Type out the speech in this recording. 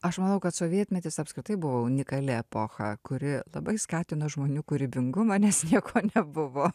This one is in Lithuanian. aš manau kad sovietmetis apskritai buvo unikali epocha kuri labai skatino žmonių kūrybingumą nes nieko nebuvo